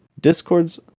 discords